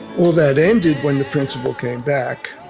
all that ended when the principal came back.